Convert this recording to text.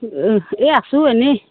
এই আছোঁ এনেই